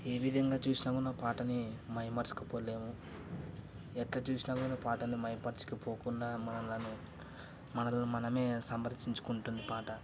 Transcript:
ఏ విధంగా చూసినా కూడా పాటని మైమర్చికపోలేము ఎట్లా చూసినా కూడా పాటని మైమరచికపోకుండా మనం దాన్ని మనల్ని మనమే సమర్ధించుకుంటుంది పాట